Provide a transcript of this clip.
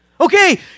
Okay